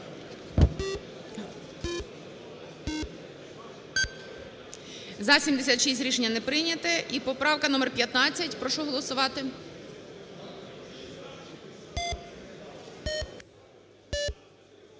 За-76 Рішення не прийняте. І поправка номер 15. Прошу голосувати.